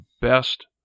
best